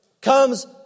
comes